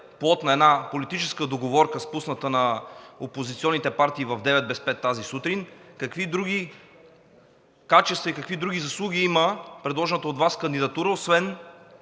плод на една политическа договорка, спусната на опозиционните партии в 9 без 5 тази сутрин, какви други качества и какви други заслуги има предложената от Вас кандидатура, освен